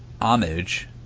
homage